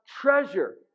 treasure